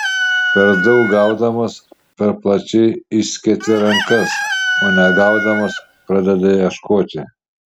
per daug gaudamas per plačiai išsketi rankas o negaudamas pradedi ieškoti